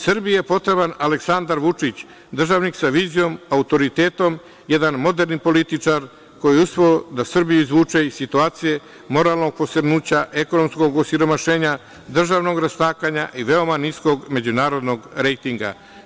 Srbiji je potreban Aleksandar Vučić, državnik sa vizijom, autoritetom, jedan moderni političar, koji je uspeo da Srbiju izvuče iz situacije moralnog posrnuća, ekonomskog osiromašenja, državnog rastakanja i veoma niskog međunarodnog rejtinga.